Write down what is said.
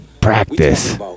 Practice